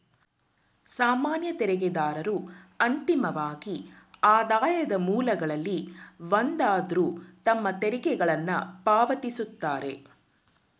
ಸಾಮಾನ್ಯ ತೆರಿಗೆದಾರರು ಅಂತಿಮವಾಗಿ ಆದಾಯದ ಮೂಲಗಳಲ್ಲಿ ಒಂದಾದ್ರು ತಮ್ಮ ತೆರಿಗೆಗಳನ್ನ ಪಾವತಿಸುತ್ತಾರೆ